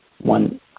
one